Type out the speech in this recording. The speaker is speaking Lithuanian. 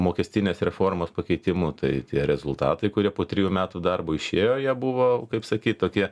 mokestinės reformos pakeitimų tai tie rezultatai kurie po trijų metų darbo išėjo jie buvo kaip sakyt tokie